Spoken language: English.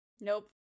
Nope